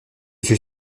suis